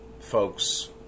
folks